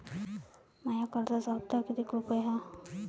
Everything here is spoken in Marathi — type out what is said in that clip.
माया कर्जाचा हप्ता कितीक रुपये हाय?